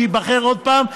ייבחר עוד פעם,